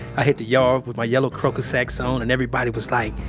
i hit the yard with my yellow crocasacks on and everybody was like,